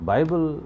Bible